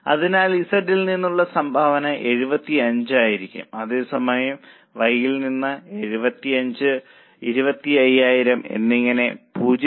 അതിനാൽ Z ൽ നിന്നുള്ള സംഭാവന 75 ആയിരിക്കും അതേസമയം Y ൽ നിന്ന് 75 1 25 000 എങ്ങനെ 0